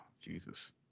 Jesus